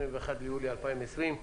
היום, ה-21 ביולי 2020,